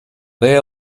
they